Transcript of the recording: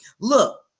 Look